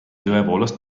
tõepoolest